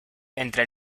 entre